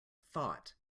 thought